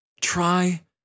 Try